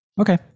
Okay